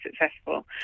successful